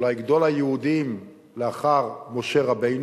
אולי גדול היהודים לאחר משה רבנו,